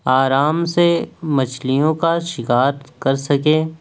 آرام سے مچھلیوں کا شکار کر سکے